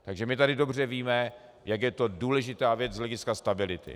Takže my tady dobře víme, jak je to důležitá věc z hlediska stability.